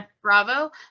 bravo